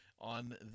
on